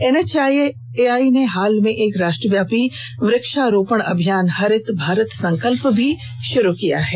NHAI ने हाल ही मेंएक राष्ट्रव्यापी वृक्षारोपण अभियान हरित भारत संकल्प भी शुरू किया है